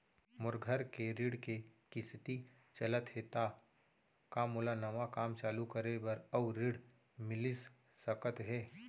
मोर घर के ऋण के किसती चलत हे ता का मोला नवा काम चालू करे बर अऊ ऋण मिलिस सकत हे?